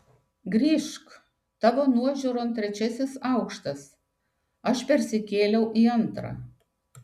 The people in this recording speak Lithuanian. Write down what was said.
grįžk tavo nuožiūron trečiasis aukštas aš persikėliau į antrą